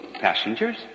passengers